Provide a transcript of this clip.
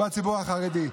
בציבור החרדי.